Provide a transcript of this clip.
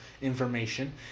Information